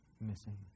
missing